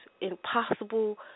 impossible